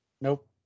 Nope